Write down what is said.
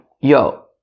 yo